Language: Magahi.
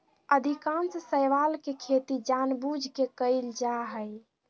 अधिकांश शैवाल के खेती जानबूझ के कइल जा हइ